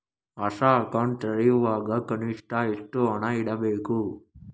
ಹೊಸ ಅಕೌಂಟ್ ತೆರೆಯುವಾಗ ಕನಿಷ್ಠ ಎಷ್ಟು ಹಣ ಇಡಬೇಕು?